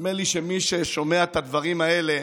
נדמה לי שמי ששומע את הדברים האלה